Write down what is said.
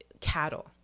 cattle